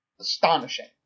astonishing